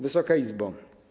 Wysoka Izbo!